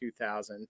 2000